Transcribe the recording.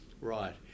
right